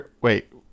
Wait